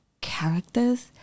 characters